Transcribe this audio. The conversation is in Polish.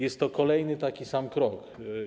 Jest to kolejny taki sam krok.